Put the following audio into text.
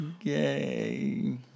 Yay